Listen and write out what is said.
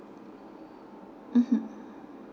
mmhmm